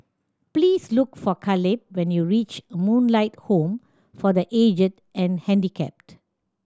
please look for Caleb when you reach Moonlight Home for The Aged and Handicapped